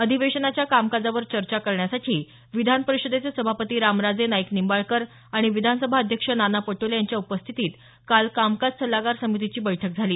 अधिवेशनाच्या कामकाजावर चर्चा करण्यासाठी विधान परिषदेचे सभापती रामराजे नाईक निंबाळकर आणि विधानसभा अध्यक्ष नाना पटोले यांच्या उपस्थितीत काल कामकाज सल्लागार समितीची बैठक झाली